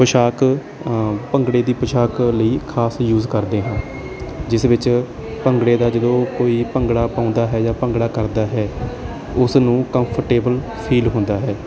ਪੋਸ਼ਾਕ ਭੰਗੜੇ ਦੀ ਪੋਸ਼ਾਕ ਲਈ ਖਾਸ ਯੂਜ ਕਰਦੇ ਹਾਂ ਜਿਸ ਵਿੱਚ ਭੰਗੜੇ ਦਾ ਜਦੋਂ ਕੋਈ ਭੰਗੜਾ ਪਾਉਂਦਾ ਹੈ ਜਾਂ ਭੰਗੜਾ ਕਰਦਾ ਹੈ ਉਸ ਨੂੰ ਕੰਫਰਟੇਬਲ ਫੀਲ ਹੁੰਦਾ ਹੈ